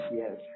yes